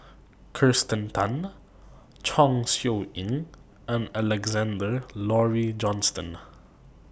Kirsten Tan Chong Siew Ying and Alexander Laurie Johnston